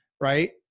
right